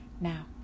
now